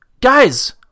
guys